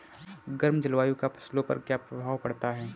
गर्म जलवायु का फसलों पर क्या प्रभाव पड़ता है?